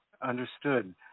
Understood